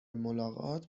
ملاقات